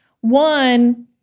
One